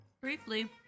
Briefly